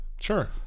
Sure